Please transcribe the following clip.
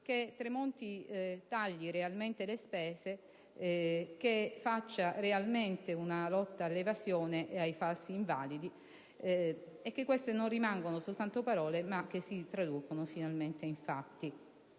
dell'economia tagli realmente le spese e faccia realmente una lotta all'evasione e ai falsi invalidi e speriamo che queste non rimangano soltanto parole, ma si traducano finalmente in fatti.